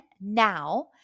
now